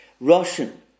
Russian